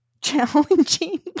challenging